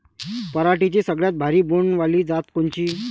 पराटीची सगळ्यात भारी बोंड वाली जात कोनची?